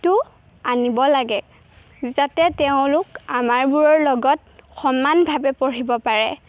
আনিব লাগে যাতে তেওঁলোক আমাৰবোৰৰ লগত সমানভাৱে পঢ়িব পাৰে